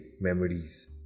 memories